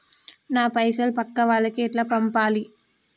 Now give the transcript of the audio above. నా పైసలు పక్కా వాళ్లకి ఎట్లా పంపాలి?